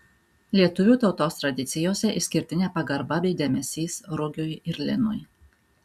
lietuvių tautos tradicijose išskirtinė pagarba bei dėmesys rugiui ir linui